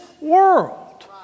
world